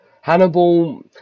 Hannibal